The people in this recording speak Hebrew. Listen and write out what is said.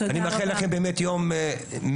אני מאחל לכם באמת יום מהנה.